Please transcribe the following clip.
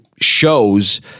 shows